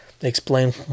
explain